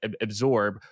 absorb